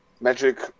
Magic